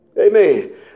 Amen